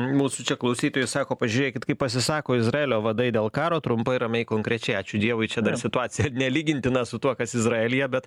mūsų čia klausytojai sako pažiūrėkit kaip pasisako izraelio vadai dėl karo trumpai ramiai konkrečiai ačiū dievui čia dar situacija nelygintina su tuo kas izraelyje bet